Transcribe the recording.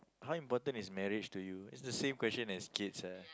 how important is marriage to you it's the same question as kids ah